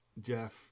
Jeff